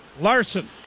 Larson